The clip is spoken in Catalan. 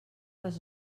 les